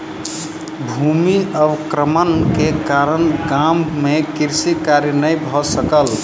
भूमि अवक्रमण के कारण गाम मे कृषि कार्य नै भ सकल